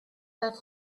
that